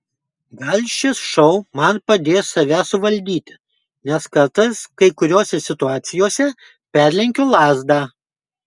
gal šis šou man padės save suvaldyti nes kartais kai kuriose situacijose perlenkiu lazdą